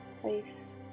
Place